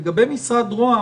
לגבי משרד ראש הממשלה,